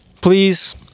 please